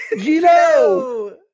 Gino